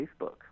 Facebook